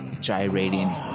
gyrating